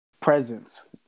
presence